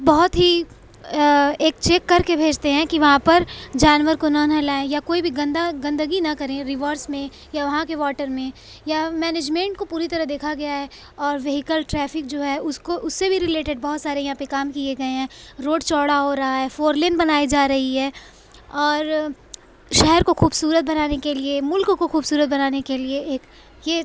بہت ہی ایک چیک کر کے بھیجتے ہیں کہ وہاں پر جانور کو نہ نہلائیں یا کوئی بھی گندا گندگی نہ کریں ریورس میں یا وہاں کے واٹر میں یا مینیجمینٹ کو پوری طرح دیکھا گیا ہے اور ویہیکل ٹریفک جو ہے اس کو اس سے بھی ریلیٹڈ بہت سارے یہاں پہ کام کئے گئے ہیں روڈ چوڑا ہو رہا ہے فور لین بنائی جا رہی ہے اور شہر کو خوبصورت بنانے کے لیے ملک کو خوبصورت بنانے کے لیے ایک یہ